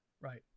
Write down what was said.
Right